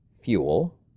fuel